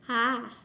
!huh!